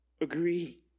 Agree